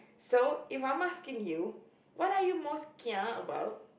so if I'm asking you what are you most kia about